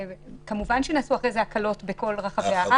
כמובן שנעשו אחרי זה הקלות בכל רחבי הארץ.